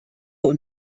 und